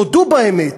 תודו באמת: